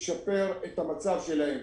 שתשפר את המצב שלהם.